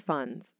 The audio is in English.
Funds